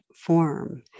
form